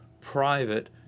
private